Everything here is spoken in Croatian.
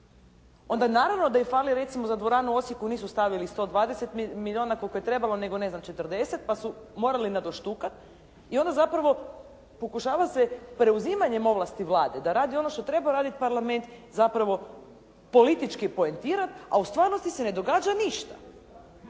Onda naravno da im fali recimo za dvoranu u Osijeku nisu stavili 120 milijuna koliko je trebalo, nego ne znam 40, pa su morali nadoštukati i onda zapravo pokušava se preuzimanjem ovlasti Vlade da rade ono što treba raditi Parlament zapravo politički poentirati, a u stvarnosti se ne događa ništa.